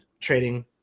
trading